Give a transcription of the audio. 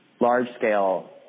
large-scale